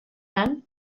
lan